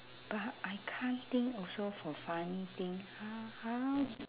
but I can't think also for funny thing how how